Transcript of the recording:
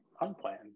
unplanned